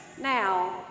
now